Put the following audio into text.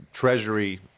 treasury